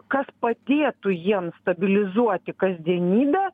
kas padėtų jiems stabilizuoti kasdienybę